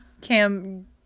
Cam